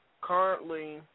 currently